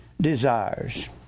desires